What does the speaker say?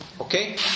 Okay